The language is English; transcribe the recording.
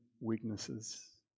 weaknesses